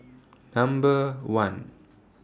Number one